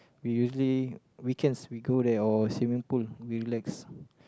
we usually weekends we go there or swimming pool we relax